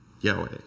Yahweh